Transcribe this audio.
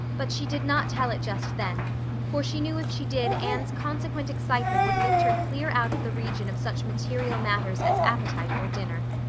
but she did not tell it just then for she knew if she did anne's consequent excitement would lift her clear out of the region of such material matters as appetite or dinner.